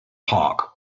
parke